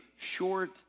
short